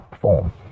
form